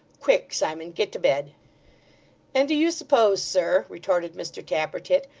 quick, simon! get to bed and do you suppose, sir retorted mr tappertit,